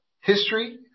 history